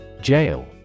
Jail